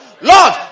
Lord